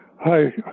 hi